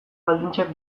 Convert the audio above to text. baldintzak